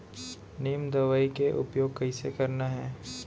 नीम दवई के उपयोग कइसे करना है?